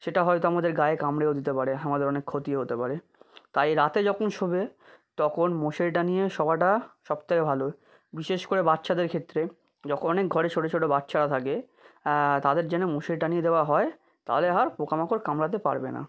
সেটা হয়তো আমাদের গায়ে কামড়েও দিতে পারে হ্যাঁ আমাদের অনেক ক্ষতিও হতে পারে তাই রাতে যখন শোবে তখন মশারি টানিয়ে শোয়াটা সব থেকে ভালো বিশেষ করে বাচ্চাদের ক্ষেত্রে যখন অনেক ঘরে ছোটো ছোটো বাচ্চারা থাকে তাদের যেন মশারি টানিয়ে দেওয়া হয় তাহলে আর পোকা মাকড় কামড়াতে পারবে না